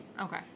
Okay